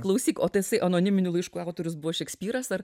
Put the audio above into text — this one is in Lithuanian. klausyk o tasai anoniminių laiškų autorius buvo šekspyras ar